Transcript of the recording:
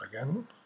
again